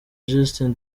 justin